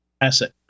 Asset